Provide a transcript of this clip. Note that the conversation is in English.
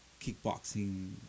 kickboxing